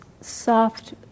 soft